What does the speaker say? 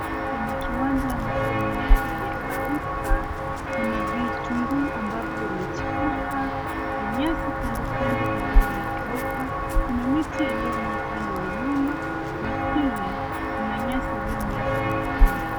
Kwenye kiwanja ambapo mimea imekauka kuna vitunguu ambavyo vimechipuka na nyasi kandokando ambayo imekauka. Kuna miti iliyomea upande wa nyuma na pia kuna nyasi iliyomea kandokando.